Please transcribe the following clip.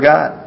God